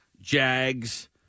Jags